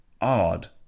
odd